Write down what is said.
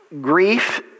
grief